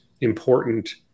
important